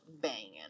banging